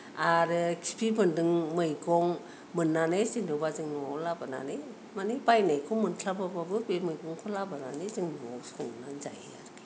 आरो खिफि बेन्दों मैगं मोननानै जेनेबा जों न'आव लाबोनानै माने बायनायखौ मोनस्लाबाबो बे मैगंखौ लाबोनानै जों संनानै जायो आरो